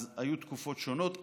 אז היו תקופות שונות.